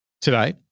Today